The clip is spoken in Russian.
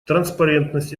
транспарентность